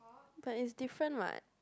but is different what